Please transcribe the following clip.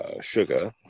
sugar